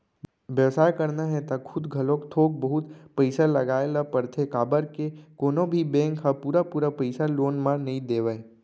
बेवसाय करना हे त खुद घलोक थोक बहुत पइसा लगाए ल परथे काबर के कोनो भी बेंक ह पुरा पुरा पइसा लोन म नइ देवय